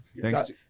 Thanks